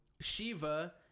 Shiva